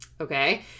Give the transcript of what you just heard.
okay